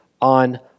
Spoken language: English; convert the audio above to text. on